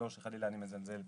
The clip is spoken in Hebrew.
לא שחלילה אני מזלזל,